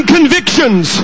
convictions